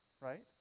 Right